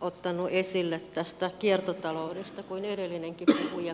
ottanut esille tästä kiertotaloudesta kuin edellinenkin puhuja